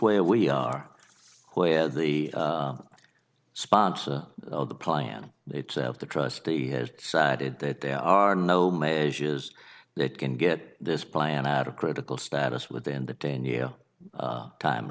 where we are where the sponsor of the plan itself the trustee has decided that there are no measures that can get this plan at a critical status within the ten year time